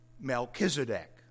Melchizedek